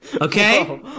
Okay